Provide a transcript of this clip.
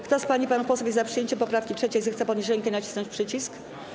Kto z pań i panów posłów jest za przyjęciem poprawki 3., zechce podnieść rękę i nacisnąć przycisk.